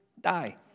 die